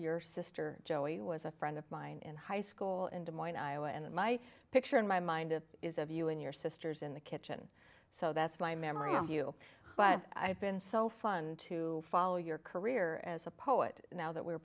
sister joey was a friend of mine in high school in des moines iowa and my picture in my mind is of you and your sisters in the kitchen so that's my memory of you but i've been so fun to follow your career as a poet now that we